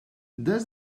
does